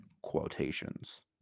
quotations